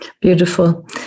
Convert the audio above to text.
Beautiful